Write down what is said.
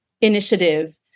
initiative